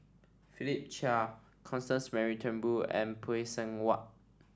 Philip Chia Constance Mary Turnbull and Phay Seng Whatt